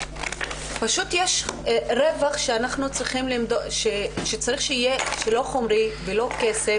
פשוט, יש רווח שצריך שיהיה לא חומרי ולא כסף